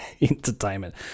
entertainment